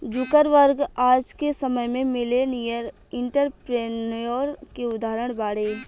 Zuckerberg आज के समय में मिलेनियर एंटरप्रेन्योर के उदाहरण बाड़े